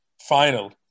final